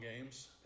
games